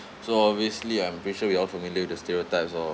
so obviously I'm pretty sure we all familiar with the stereotypes of